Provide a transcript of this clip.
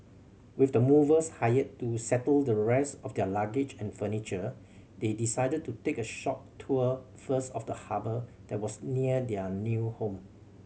with the movers hired to settle the rest of their luggage and furniture they decided to take a short tour first of the harbour that was near their new home